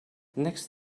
next